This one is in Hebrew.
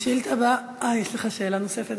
השאילתה הבאה, אה, יש לך שאלה נוספת?